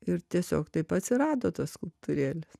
ir tiesiog taip atsirado tos skulptūrėlės